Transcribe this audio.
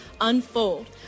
unfold